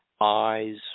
eyes